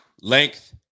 length